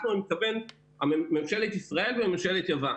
אנחנו, אני מתכוון ממשלת ישראל וממשלת יוון.